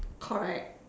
correct